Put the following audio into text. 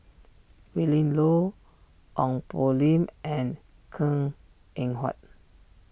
Willin Low Ong Poh Lim and Png Eng Huat